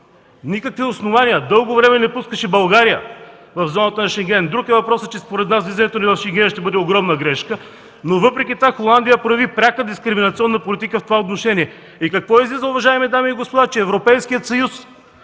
никакви основания, дълго време не пускаше България в зоната на Шенген – друг е въпросът, че според нас влизането ни в Шенген ще бъде огромна грешка. Въпреки това Холандия прояви пряка дискриминационна политика в това отношение. Какво излиза, уважаеми дами и господа? Че Европейският съюз,